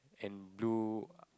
and blue